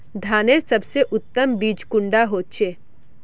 धानेर सबसे उत्तम बीज कुंडा होचए?